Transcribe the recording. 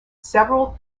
several